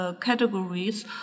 categories